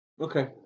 Okay